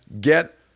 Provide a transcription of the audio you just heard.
get